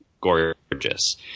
gorgeous